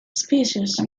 species